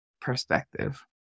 perspective